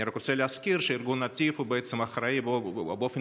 אני רק רוצה להזכיר שארגון נתיב בעצם אחראי באופן